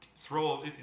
Throw